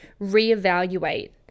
reevaluate